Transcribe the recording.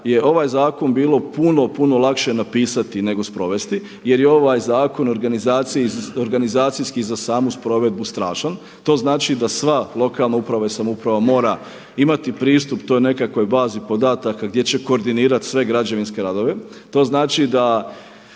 je ovaj zakon bilo puno, puno lakše napisati nego sprovesti jer je ovaj zakon organizacijski za samu sprovedbu strašan. To znači da sva lokalna uprava i samouprava mora imati pristup toj nekakvoj bazi podataka gdje će koordinirati sve građevinske radove. To znači da